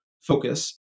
focus